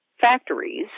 factories